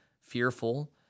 fearful